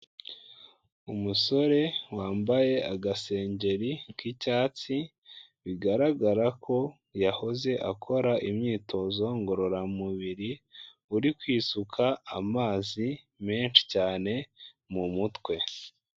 Umusore wambaye agasengeri k'icyatsi, bigaragara ko yahoze akora imyitozo ngororamubiri, uri kwisuka amazi menshi cyane mu mutwe.